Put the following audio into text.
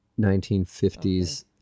1950s